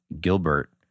Gilbert